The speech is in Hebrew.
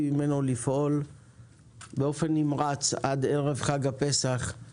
ממנו לפעול באופן נמרץ עד ערב חג הפסח כדי